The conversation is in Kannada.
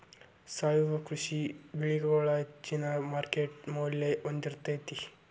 ಸಾವಯವ ಕೃಷಿ ಬೆಳಿಗೊಳ ಹೆಚ್ಚಿನ ಮಾರ್ಕೇಟ್ ಮೌಲ್ಯ ಹೊಂದಿರತೈತಿ